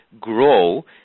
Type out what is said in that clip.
grow